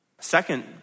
Second